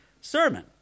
sermon